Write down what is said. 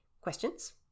Questions